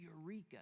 Eureka